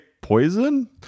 poison